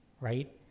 right